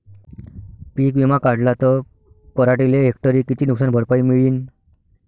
पीक विमा काढला त पराटीले हेक्टरी किती नुकसान भरपाई मिळीनं?